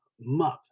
month